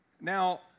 Now